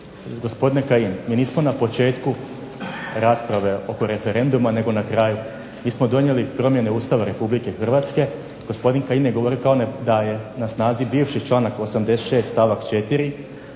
gospodine Kajin, mi nismo na početku rasprave oko referenduma nego na kraju. Mi smo donijeli promjene Ustava Republike Hrvatske. Gospodin Kajin je govorio kao da je na snazi bivši članak 86. stavak 4.